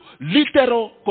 literal